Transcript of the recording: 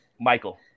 Michael